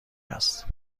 است